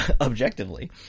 objectively